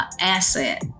asset